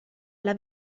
alla